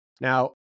Now